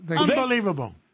Unbelievable